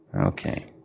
Okay